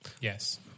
Yes